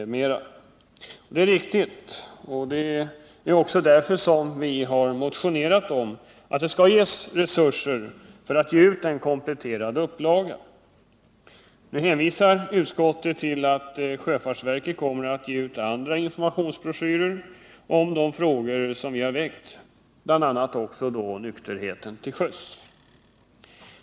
Det är riktigt, och det är också därför som vi motionerat om att verket skall ges resurser för att ge ut en kompletterad upplaga. Nu hänvisar utskottet till att sjöfartsverket kommer att ge ut andra informationsbroschyrer i frågor vi har aktualiserat, bl.a. också om nykterhet till sjöss.